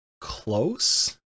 close